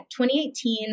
2018